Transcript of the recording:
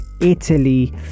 Italy